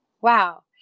Wow